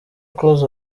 close